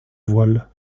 voile